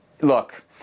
look –